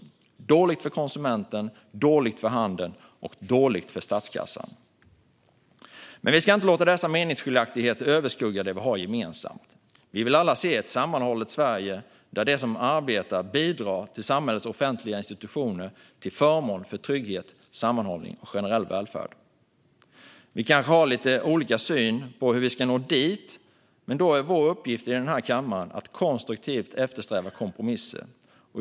Den är dålig för konsumenten, dålig för handeln och dålig för statskassan. Men vi ska inte låta dessa meningsskiljaktigheter överskugga det som vi har gemensamt. Vi vill alla se ett sammanhållet Sverige, där de som arbetar bidrar till samhällets offentliga institutioner till förmån för trygghet, sammanhållning och generell välfärd. Vi har kanske lite olika syn på hur vi ska nå dit. Men då är vår uppgift i denna kammare att konstruktivt eftersträva kompromisser.